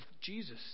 Jesus